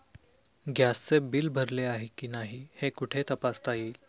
गॅसचे बिल भरले आहे की नाही हे कुठे तपासता येईल?